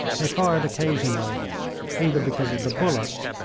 they fired occasionally either because of the bullets,